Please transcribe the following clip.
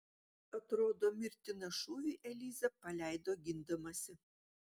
atrodo mirtiną šūvį eliza paleido gindamasi